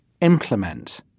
implement